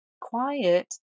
quiet